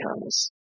comes